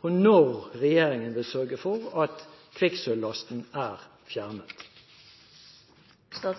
på når regjeringen vil sørge for at kvikksølvlasten er fjernet. Som